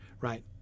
right